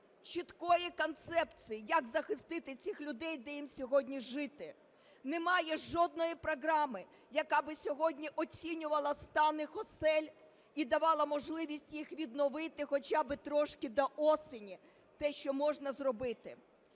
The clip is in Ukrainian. чіткої концепції, як захистити цих людей, де їм сьогодні жити. Немає жодної програми, яка б сьогодні оцінювала стан їх осель і давала можливість їх відновити хоча б трошки до осені те, що можна зробити.